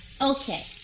Okay